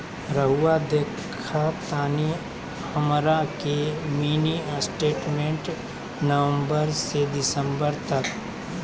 रहुआ देखतानी हमरा के मिनी स्टेटमेंट नवंबर से दिसंबर तक?